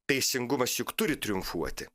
teisingumas juk turi triumfuoti